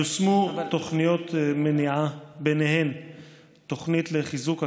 יושמו תוכניות מניעה, ביניהן תוכנית לחיזוק הקשר,